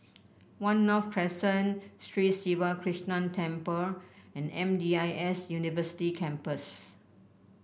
One North Crescent Sri Siva Krishna Temple and M D I S University Campus